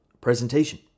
presentation